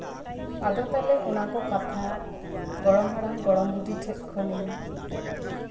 ᱟᱫᱚ ᱛᱟᱦᱞᱮ ᱚᱱᱟ ᱠᱚ ᱠᱟᱛᱷᱟ ᱜᱚᱲᱚᱢ ᱦᱟᱲᱟᱢ ᱜᱚᱲᱚᱢ ᱵᱩᱰᱷᱤ ᱴᱷᱮᱡ ᱠᱷᱚᱱᱤᱧ